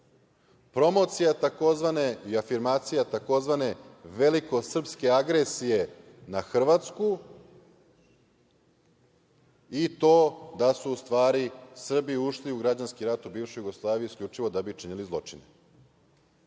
promocija i afirmacija tzv. velikosrpske agresije na Hrvatsku i to da su u stvari Srbi ušli u građanski rat u bivšoj Jugoslaviji isključivo da bi činili zločine.